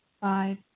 Five